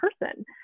person